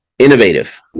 Innovative